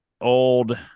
old